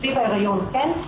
סביב ההיריון כן,